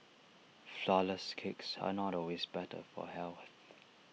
Flourless Cakes are not always better for health